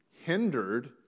hindered